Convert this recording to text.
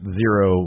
zero